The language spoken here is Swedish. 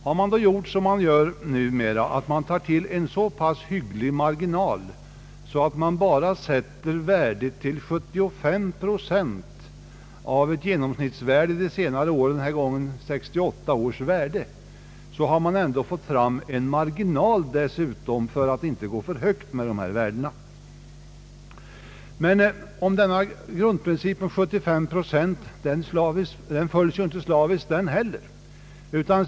Har man då gjort som man gör numera och tagit till en så pass hygglig marginal att man bara sätter värdet till 75 procent av ett genomsnittsvärde de senare åren — den här gången 1968 års värde — har man ändå fått en garanti för att värdena inte skall bli för höga. Men inte heller denna grundprincip om 75 procent följs slaviskt.